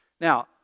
Now